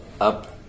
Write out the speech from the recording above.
up